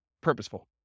purposeful